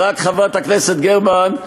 חברת הכנסת גרמן,